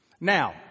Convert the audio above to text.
Now